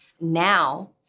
now